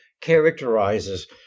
characterizes